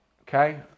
Okay